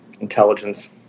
Intelligence